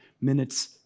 minutes